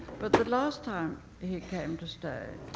but the last time he came to stay,